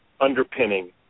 underpinning